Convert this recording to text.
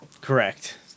Correct